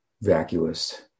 vacuous